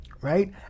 right